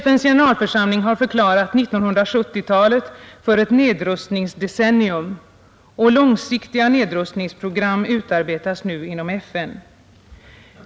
FN:s generalförsamling har förklarat 1970-talet för ett nedrustningsdecennium, och långsiktiga nedrustningsprogram utarbetas nu inom FN.